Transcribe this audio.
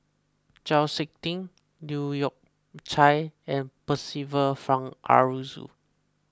Chau Sik Ting Leu Yew Chye and Percival Frank Aroozoo